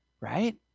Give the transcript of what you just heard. right